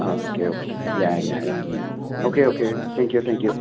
ꯑꯥ okay okay ꯌꯥꯏ ꯌꯥꯏꯌꯦ okay okay thank you thank U